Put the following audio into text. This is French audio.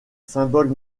symboles